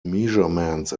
measurements